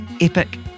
epic